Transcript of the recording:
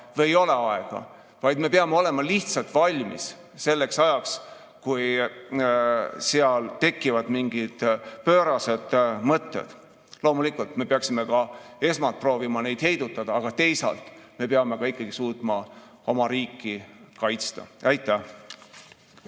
või ei ole aega, vaid me peame lihtsalt olema valmis selleks ajaks, kui seal tekivad mingid pöörased mõtted. Loomulikult peaksime esmalt proovima neid heidutada, aga teisalt me peame ikkagi suutma oma riiki kaitsta. Aitäh!